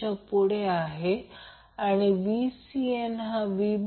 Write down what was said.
आहे तर हे काँजुगेट आहे म्हणून ते 2